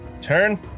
turn